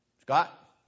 Scott